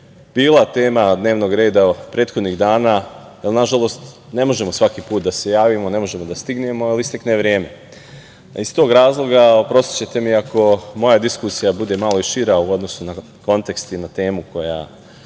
bila tema dnevnog reda prethodnih dana, jer nažalost ne možemo svaki put da se javimo, ne možemo da stignemo jer istekne vreme. Iz tog razloga oprostićete mi ako moja diskusija bude malo i šira u odnosu na kontekst i na temu koja